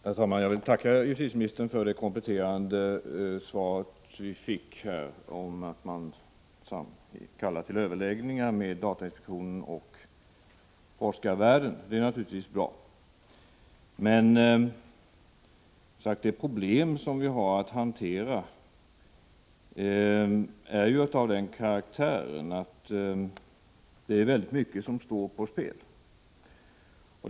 Herr talman! Jag vill tacka justitieministern för det kompletterande svar vi fick här om att man kallat företrädare för datainspektionen och forskare till överläggningar. Det är naturligtvis bra, men de problem som vi har att hantera är ju av den karaktären att det står väldigt mycket på spel.